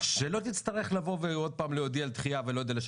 שלא תצטרך לבוא ועוד פעם להודיע על דחייה ולא יודע,